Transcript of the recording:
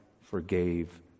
forgave